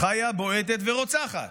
חיה, בועטת ורוצחת.